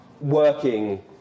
working